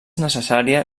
necessària